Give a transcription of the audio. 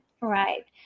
Right